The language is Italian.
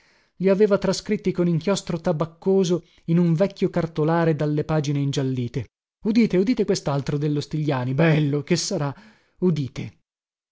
li aveva trascritti con inchiostro tabaccoso in un vecchio cartolare dalle pagine ingiallite udite udite questaltro dello stigliani bello che sarà udite